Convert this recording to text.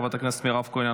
חברת הכנסת מירב כהן,